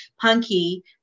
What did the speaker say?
Punky